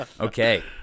Okay